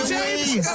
James